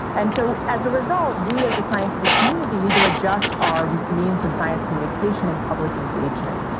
and so as a result, we as a scientific community need to adjust our means of science communication and public engagement,